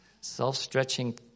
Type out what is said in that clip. self-stretching